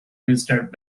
visited